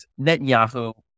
Netanyahu